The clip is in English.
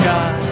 God